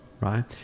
Right